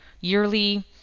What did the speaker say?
yearly